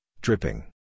dripping